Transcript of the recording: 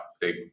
big